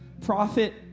Prophet